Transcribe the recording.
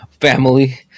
family